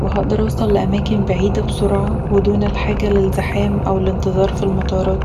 وهقدر اوصل لأماكن بعيده بسرعه ودون الحاجه للزحام او الانتظار في المطارات